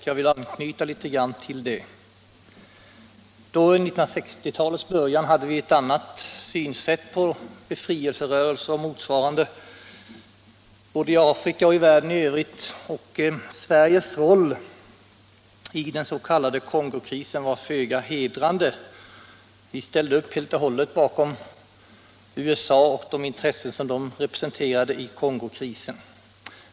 Jag vill anknyta något till detta. I 1960-talets början hade vi ett annat synsätt än nu på befrielserörelser och motsvarande både i Afrika och i världen i övrigt. Sveriges roll i den s.k. Kongokrisen var föga hedrande. Vi ställde helt och hållet upp bakom USA och dess intressen i Kongokrisen.